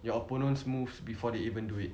your opponent's moves before they even do it